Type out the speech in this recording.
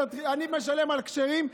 אני משלם על כשרים,